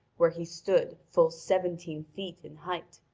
where he stood full seventeen feet in height.